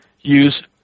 use